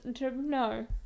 no